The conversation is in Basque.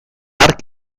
hark